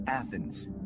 Athens